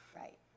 Right